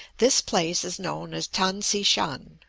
this place is known as tan-tsy-shan,